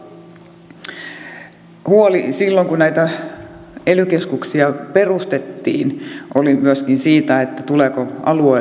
huoli silloin kun näitä ely keskuksia perustettiin oli myöskin siitä tulevatko alueelliset erityispiirteet huomioiduiksi